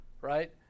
right